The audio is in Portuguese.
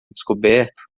descoberto